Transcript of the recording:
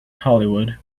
hollywood